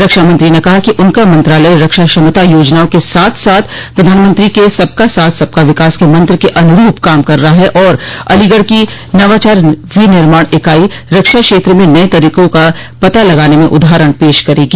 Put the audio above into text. रक्षा मंत्री ने कहा कि उनका मंत्रालय रक्षा क्षमता योजनाओं के साथ साथ प्रधानमंत्री के सबका साथ सबका विकास के मंत्र के अनुरूप काम कर रहा है और अलीगढ़ की नवाचार विनिर्माण इकाई रक्षा क्षेत्र में नये तरीकों का पता लगाने में उदाहरण पेश करेगी